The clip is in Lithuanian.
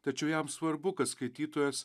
tačiau jam svarbu kad skaitytojas